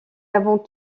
avant